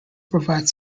provide